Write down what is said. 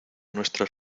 nuestras